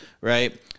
right